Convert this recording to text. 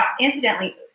incidentally